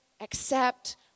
accept